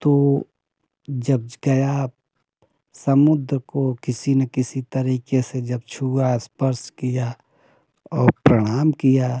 तो जब गया समुद्र को किसी ना किसी तरीके से जब छुआ स्पर्श किया और प्रणाम किया